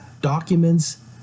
documents